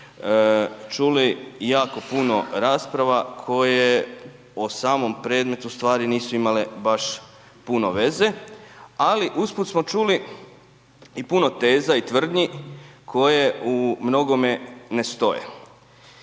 čuli jako puno rasprava koje o samom predmetu stvari nisu imale baš puno veze, ali usput smo čuli i puno teza i tvrdnji koje u mnogome ne stoje.